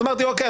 אז אמרתי אוקיי,